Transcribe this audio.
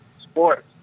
sports